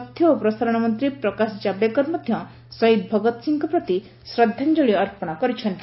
ତଥ୍ୟ ଓ ପ୍ରସାରଣ ମନ୍ତ୍ରୀ ପ୍ରକାଶ ଜାବଡେକର ମଧ୍ୟ ଶହୀଦ ଭଗତ ସିଂଙ୍କ ପ୍ରତି ଶ୍ରଦ୍ଧାଞ୍ଜଳି ଅର୍ପଣ କରିଛନ୍ତି